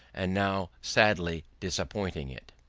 and now sadly disappointing it.